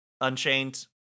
Unchained